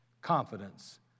confidence